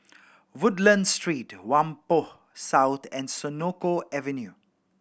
Woodlands Street Whampoa South and Senoko Avenue